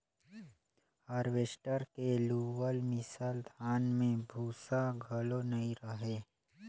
harvester के लुअल मिसल धान में भूसा घलो नई रहें